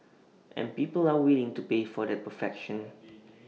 and people are willing to pay for the perfection